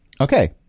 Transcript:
Okay